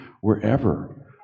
wherever